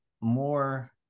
more